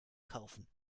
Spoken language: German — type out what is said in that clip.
kaufen